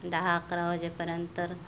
दहा अकरा वाजेपर्यंत